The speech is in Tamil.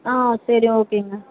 ஆ சரி ஓகேங்க